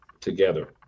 Together